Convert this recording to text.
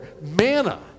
Manna